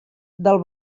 del